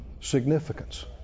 significance